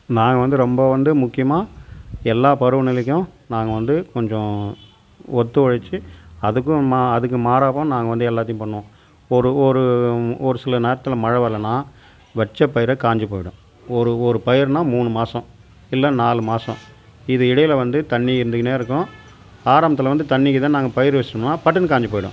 நாங்கள் வந்து ரொம்ப வந்து முக்கியமாக எல்லா பருவ நிலைக்கும் நாங்கள் வந்து கொஞ்சம் ஒத்து உழைச்சு அதுக்கும் மா அதுக்கு மாறவும் நாங்கள் வந்து எல்லாத்தையும் பண்ணுவோம் ஒரு ஒரு ஒரு சில நேரத்தில் மழை வரலைன்னா வச்ச பயிர் காஞ்சி போயிடும் ஒரு ஒரு பயிறுன்னா மூணு மாதம் இல்லை நாலு மாதம் இது இடையில் வந்து தண்ணி இருந்துக்கின்னே இருக்கும் ஆரம்பத்தில் வந்து தண்ணிக்கு தான் நாங்கள் பயிறு வச்சுருந்தோம் பட்டுன்னு காஞ்சி போயிடும்